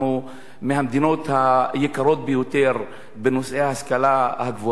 אנחנו מהמדינות היקרות ביותר בנושא השכלה גבוהה.